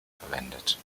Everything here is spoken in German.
verwendet